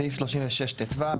סעיף 36 ט"ו.